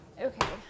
Okay